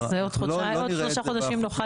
אז עוד חודשיים או שלושה חודשים נוכל